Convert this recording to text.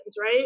right